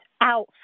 out